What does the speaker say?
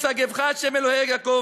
ישגבך שם אלהי יעקב,